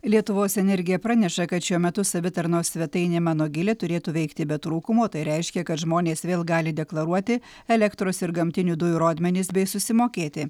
lietuvos energija praneša kad šiuo metu savitarnos svetainė mano gilė turėtų veikti be trūkumų o tai reiškia kad žmonės vėl gali deklaruoti elektros ir gamtinių dujų rodmenis bei susimokėti